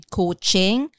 coaching